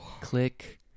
click